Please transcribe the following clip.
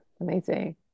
amazing